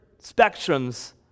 spectrums